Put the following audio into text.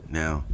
now